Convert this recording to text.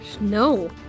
no